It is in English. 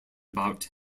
about